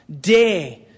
day